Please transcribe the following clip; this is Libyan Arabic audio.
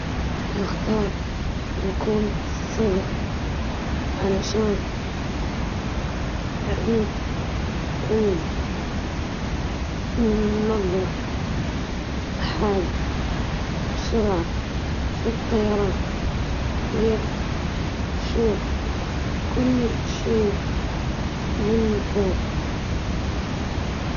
نختار صقرًا، لأنه يطير بسرعة وقوة، ويشوف المناظر من فوق بأدق التفاصيل.